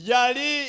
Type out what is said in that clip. Yali